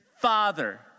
Father